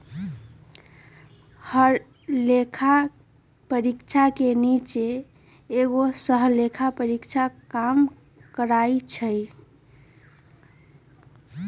हर लेखा परीक्षक के नीचे एगो सहलेखा परीक्षक काम करई छई